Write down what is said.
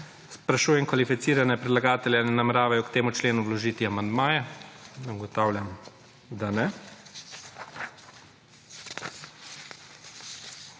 Sprašujem kvalificirane predlagatelje, ali nameravajo k tem členom vložiti amandmaje? (Ne.) Ugotavljam, da ne.